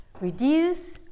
Reduce